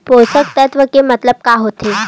पोषक तत्व के मतलब का होथे?